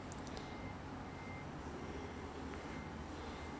no no I I feel online is cheaper leh compared to like